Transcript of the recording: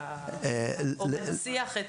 או מנציח,